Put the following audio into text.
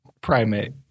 primate